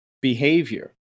behavior